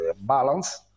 balance